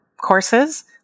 courses